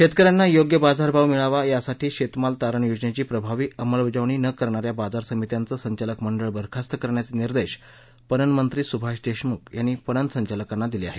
शेतकऱ्यांना योग्य बाजारभाव मिळावा यासाठीच्या शेतमाल तारण योजनेची प्रभावी अंमलबजावणी न करणाऱ्या बाजार समित्यांचं संचालक मंडळ बरखास्त करण्याचे निर्देश पणनमंत्री सुभाष देशमुख यांनी पणन संचालकांना दिले आहेत